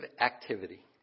activity